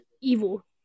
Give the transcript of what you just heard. evil